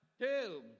Two